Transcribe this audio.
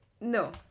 No